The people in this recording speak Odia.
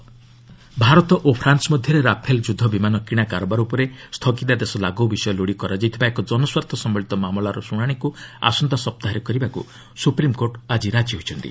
ଏସ୍ସି ରାଫେଲ୍ ଭାରତ ଓ ଫ୍ରାନ୍ସ ମଧ୍ୟରେ ରାଫେଲ୍ ଯୁଦ୍ଧବିମାନ କିଣା କାରବାର ଉପରେ ସ୍ଥଗିତାଦେଶ ଲାଗୁ ବିଷୟ ଲୋଡ଼ି କରାଯାଇଥିବା ଏକ ଜନସ୍ୱାର୍ଥ ସମ୍ଭଳିତ ମାମଲାର ଶୁଣାଣିକୁ ଆସନ୍ତା ସପ୍ତାହରେ କରିବାକୁ ସୁପ୍ରିମ୍ କୋର୍ଟ ଆକି ରାଜି ହୋଇଛନ୍ତି